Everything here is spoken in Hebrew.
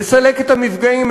לסלק את המפגעים,